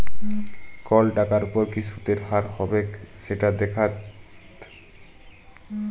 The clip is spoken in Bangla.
কল টাকার উপর কি সুদের হার হবেক সেট দ্যাখাত